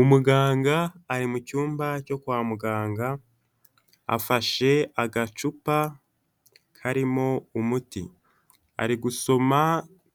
Umuganga ari mu cyumba cyo kwa muganga afashe agacupa karimo umuti ari gusoma